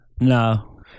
No